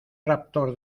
raptor